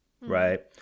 right